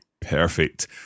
Perfect